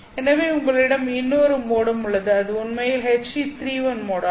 எனவே உங்களிடம் இன்னொரு மோடும் உள்ளது இது உண்மையில் HE31 மோடாகும்